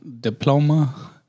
diploma